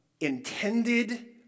intended